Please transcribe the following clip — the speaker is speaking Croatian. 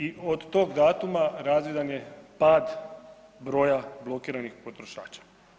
I od tog datuma razvidan je pad broja blokiranih potrošača.